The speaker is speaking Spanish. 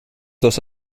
dos